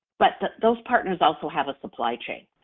but those partners also have a supply chain.